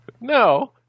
No